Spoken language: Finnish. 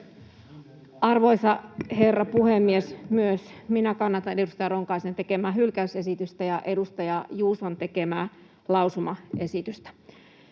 Arvoisa herra puhemies! Myös minä kannatan edustaja Ronkaisen tekemää hylkäysesitystä ja edustaja Juuson tekemää lausumaesitystä.